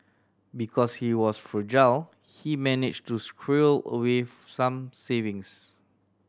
because he was frugal he managed to squirrel away some savings